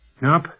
Nope